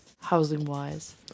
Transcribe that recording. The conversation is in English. housing-wise